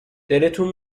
دلتان